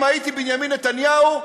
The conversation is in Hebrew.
אם הייתי בנימין נתניהו,